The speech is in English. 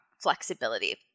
flexibility